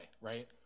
Right